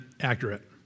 accurate